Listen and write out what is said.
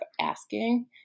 asking